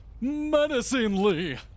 Menacingly